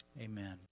Amen